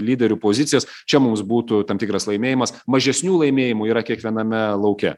lyderių pozicijas čia mums būtų tam tikras laimėjimas mažesnių laimėjimų yra kiekviename lauke